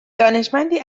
دانشمندی